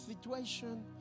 situation